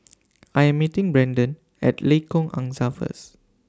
I Am meeting Braiden At Lengkok Angsa First